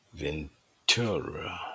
Ventura